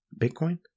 Bitcoin